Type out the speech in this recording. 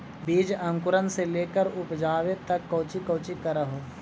बीज अंकुरण से लेकर उपजाबे तक कौची कौची कर हो?